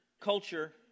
culture